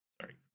sorry